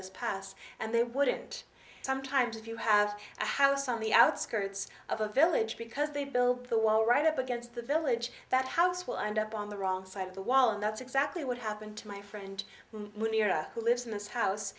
us pass and they wouldn't sometimes if you have a house on the outskirts of a village because they build the wall right up against the village that house will end up on the wrong side of the wall and that's exactly what happened to my friend who lives in this house